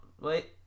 wait